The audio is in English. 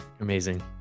Amazing